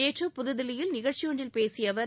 நேற்று புதுதில்லியில் நிகழ்ச்சியொன்றில் பேசிய அவர்